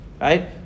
right